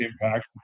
impact